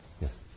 Yes